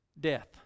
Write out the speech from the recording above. Death